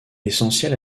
essentiel